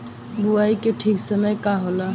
बुआई के ठीक समय का होला?